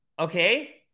okay